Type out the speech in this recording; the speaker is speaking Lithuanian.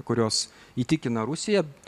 kurios įtikina rusiją